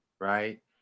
right